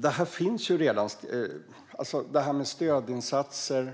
Detta med stödinsatser,